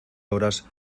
horas